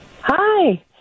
Hi